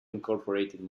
incorporated